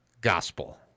gospel